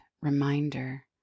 reminder